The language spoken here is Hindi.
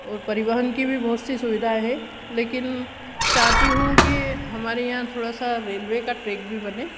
और परिवहन की भी बहुत सी सुविधाएँ हैं लेकिन चाहती हूँ कि हमारे यहाँ थोड़ा सा रेलवे का ट्रैक भी बने